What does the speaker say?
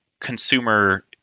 consumer